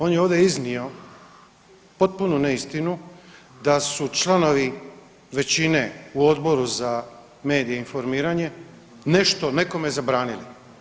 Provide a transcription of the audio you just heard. On je ovdje iznio potpunu neistinu da su članovi većine u Odboru za medije i informiranje nešto nekome zabranili.